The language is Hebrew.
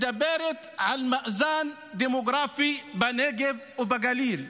מדברת על מאזן דמוגרפי בנגב ובגליל.